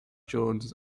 jones